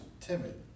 timid